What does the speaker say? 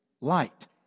light